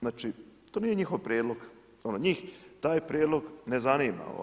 Znači, to nije njihov prijedlog, njih taj prijedlog ne zanima.